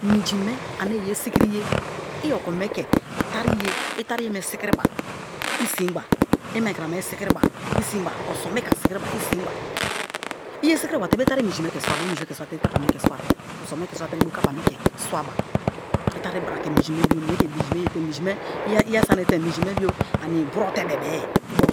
Minji me ane yesikiriye i okome ke tariye i tariye me sikiriba i sin ba i mai kramaye sikiriba i sin ba oson me ke ani sikiriba i sin ba iyei sikiriba te i tari minji me ke swaba i minji me ke swate i kapa me ke swaba oson me ke swatere me i bo kapa me ke swaba i tari bra ke mie ke minji me bio yete minji me bio ani brote bebe-e i bo